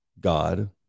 God